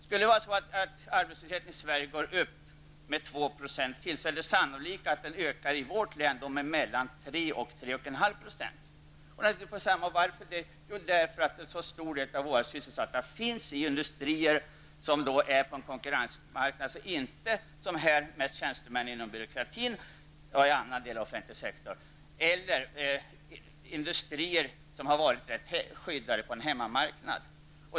Skulle arbetslösheten i Sverige gå upp med 2 % är det sannolikt att den skulle öka med mellan 3 och 3,5 % i vårt län. Varför det? Jo, därför att en så stor del av de sysselsatta i vårt län finns inom industrier som verkar inom den konkurrensutsatta sektorn, inte tjänstemän inom byråkratin, den offentliga sektorn eller industrier som har varit skyddade på en hemmamarknad.